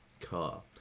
car